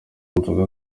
nzoga